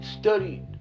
studied